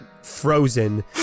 frozen